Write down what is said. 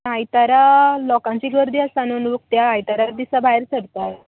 आयतारां लोकांची गर्दी आसता नू लोक त्या आयतारात दिसा भायर सरतात